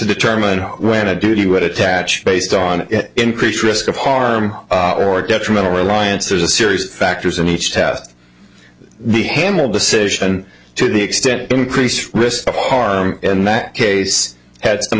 determine when a duty would attach based on increased risk of harm or detrimental reliance there's a series of factors in each test the himmel decision to the extent increase risk of harm in that case had some